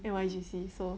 N_Y_J_C so